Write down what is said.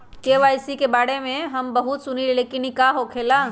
KYC के बारे में हम बहुत सुनीले लेकिन इ का होखेला?